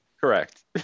Correct